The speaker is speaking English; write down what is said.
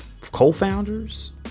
co-founders